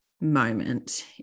moment